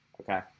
okay